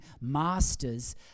masters